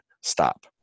stop